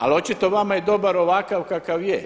Ali očito vama je dobar ovakav kakav je.